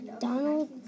Donald